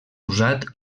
usat